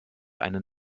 einen